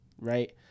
right